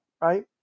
right